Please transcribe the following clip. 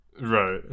Right